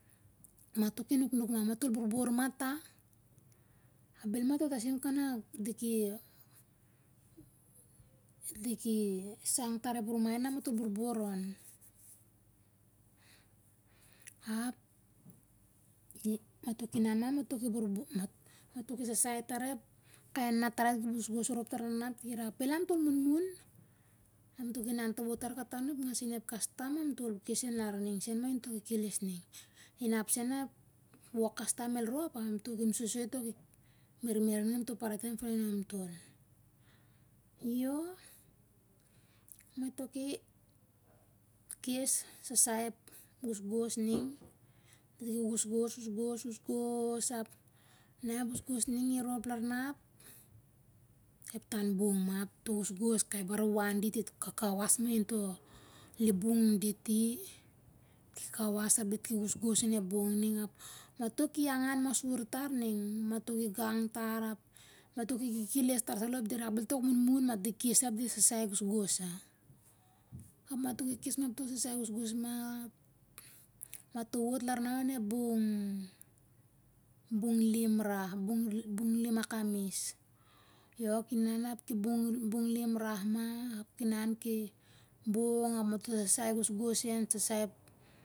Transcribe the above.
Mato ki nuknuk ma matol borbor ma ta, ap bel mato tasim. Kanak diki diki sang tar ep rumai na matol borbor on, ap mato kinan ma mato ki borbor mat mato kisasai tarep. Kai nanat tarai dit ki gosgos rop tar larna ap diki rak bel amtol munmun amto kinan amto wot tar kata onep ngasin ep kastam amtol kesen larning sen ma into kekeles ning inap sen na ep wok kastom el rop amto kemsoisoi to mermer ning amto parai ting onto falinom tol, yoo mato ki kes sasai ep gosgos ning diki gosgos gosgos gosgos ap na ep gosgos ning irop larna ap ep tan bong ma to gosgos kai barwan dit kakawas mainto limbing nunditi kaka was ap dit ki gosgos onep bong ning ap mato ki angan masur tar ning mato ki gang tar ap mato ki kekeles tar salo ap diki rak bel tok munmun ma di kes sa ap di sasai gosgos sa ap mato ki kes mato sasai gosgos ma ap mato wot larna onep bung lim ra bung lim iakamis yo kinan apki bung lim roma ap kinan ki bong op mato sasai gosgos sen sasai ep.